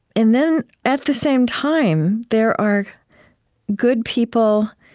and then, at the same time, there are good people.